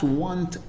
want